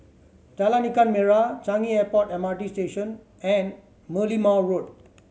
Jalan Ikan Merah Changi Airport M R T Station and Merlimau Road